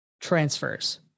transfers